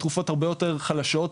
תרופות הרבה יותר חלשות,